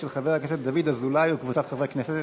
של חבר הכנסת דוד אזולאי וקבוצת חברי הכנסת.